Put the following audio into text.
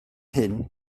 hyn